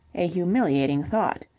a humiliating thought.